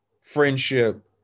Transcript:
friendship